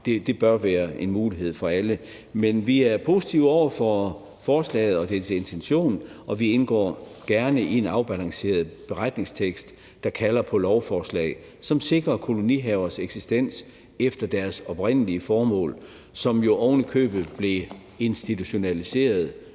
Det bør være en mulighed for alle. Men vi er positive over for forslaget og dets intention, og vi indgår gerne i en afbalanceret beretningstekst, der kalder på lovforslag, som sikrer kolonihavers eksistens efter deres oprindelige formål, som jo ovenikøbet blev institutionaliseret